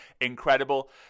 incredible